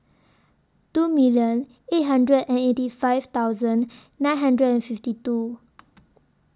two million eight hundred and eighty five thousand nine hundred and fifty two